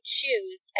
choose